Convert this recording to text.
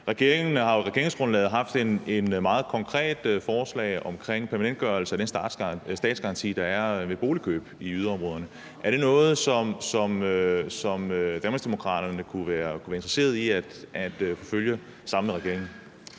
regeringsgrundlaget et meget konkret forslag omkring permanentgørelse af den statsgaranti, der er ved boligkøb i yderområderne. Er det noget, som Danmarksdemokraterne kunne være interesseret i at følge op på sammen med regeringen?